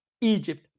egypt